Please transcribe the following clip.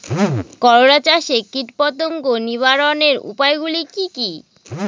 করলা চাষে কীটপতঙ্গ নিবারণের উপায়গুলি কি কী?